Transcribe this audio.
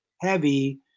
heavy